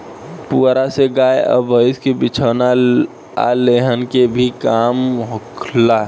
पुआरा से गाय आ भईस के बिछवाना आ लेहन के भी काम होला